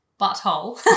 butthole